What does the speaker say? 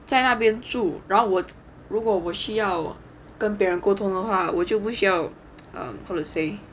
在那边住然后如果我需要跟别人沟通的话我就不需要 um how to say